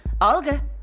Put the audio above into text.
Olga